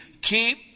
keep